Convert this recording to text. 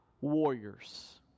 warriors